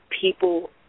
people